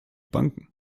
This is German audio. banken